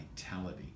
vitality